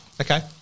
Okay